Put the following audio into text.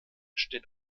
steht